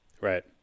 Right